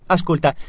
Ascolta